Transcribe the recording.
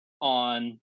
on